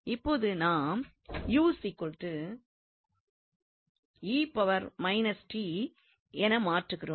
இப்போது நாம் என மாற்றுகிறோம்